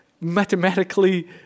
mathematically